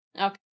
Okay